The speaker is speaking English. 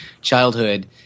childhood